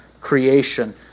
creation